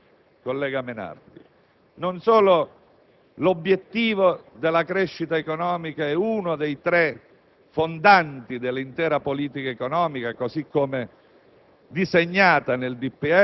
Certo che lo capisce, collega Menardi. Non solo l'obiettivo della crescita economica è uno dei tre obiettivi fondanti dell'intera politica economica, così come